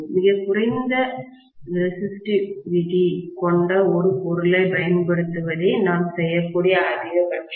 மிகக் குறைந்த ரேசிஸ்டிவிடிக் கொண்ட ஒரு பொருளைப் பயன்படுத்துவதே நாம் செய்யக்கூடிய அதிகபட்சம்